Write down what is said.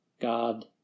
God